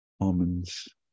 almonds